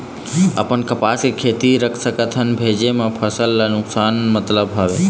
अपन कपास के खेती रख सकत हन भेजे मा फसल ला नुकसान मतलब हावे?